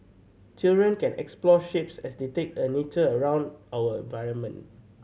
children can explore shapes as they take a nature around our environment